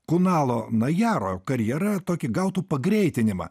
kunalo najaro karjera tokį gautų pagreitinimą